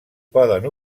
poden